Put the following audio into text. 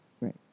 Right